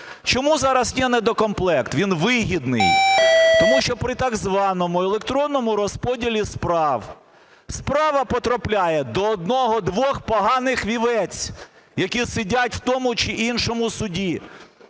Чому зараз є недокомплект? Він вигідний. Тому що при так званому електронному розподілі справ справа потрапляє до одного-двох "поганих овець", які сидять в тому чи іншому суді